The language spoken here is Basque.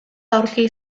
aurki